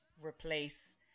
replace